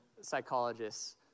psychologists